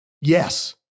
Yes